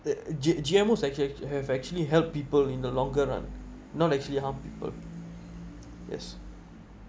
G~ G_M_O have have actually help people in the longer run not actually harm people yes